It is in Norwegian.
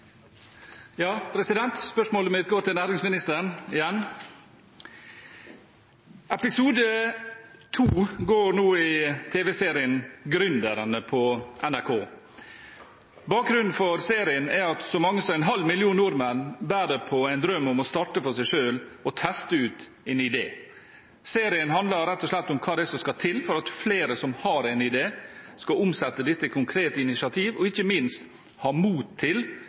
Spørsmålet mitt går til næringsministeren, igjen. Episode 2 går nå i TV-serien «Gründerne» på NRK. Bakgrunnen for serien er at så mange som en halv million nordmenn bærer på en drøm om å starte for seg selv og teste ut en idé. Serien handler rett og slett om hva det er som skal til for at flere som har en idé, skal omsette dette i konkrete initiativ og ikke minst ha mot til